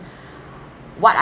what